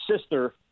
sister –